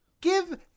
give